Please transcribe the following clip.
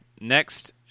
Next